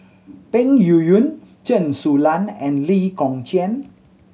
Peng Yuyun Chen Su Lan and Lee Kong Chian